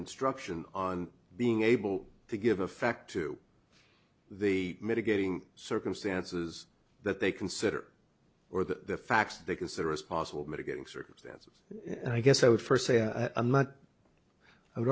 instruction on being able to give effect to the mitigating circumstances that they consider or the facts they consider as possible mitigating circumstances and i guess i would first say i am not i would